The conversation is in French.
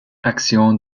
action